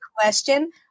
question